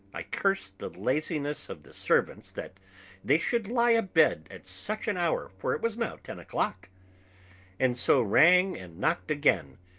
i cursed the laziness of the servants that they should lie abed at such an hour for it was now ten o'clock and so rang and knocked again,